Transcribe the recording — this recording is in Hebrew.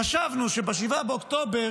חשבנו שב-7 באוקטובר